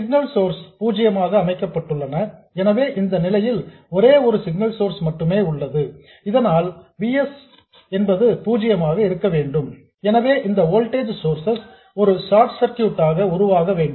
signal sources பூஜ்ஜியமாக அமைக்கப்பட்டுள்ளன எனவே இந்த நிலையில் ஒரே ஒரு சிக்னல் சோர்ஸ் மட்டுமே உள்ளது அதனால் இந்த V s பூஜ்யமாக இருக்க வேண்டும் எனவே இந்த வோல்டேஜ் சோர்ஸ் ஒரு ஷார்ட் சர்க்யூட் ஆக உருவாக வேண்டும்